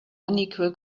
unequal